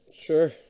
Sure